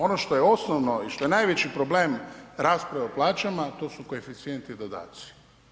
Ono što je osnovno i što je najveći problem rasprave o plaćama to su koeficijenti i dodaci.